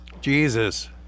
Jesus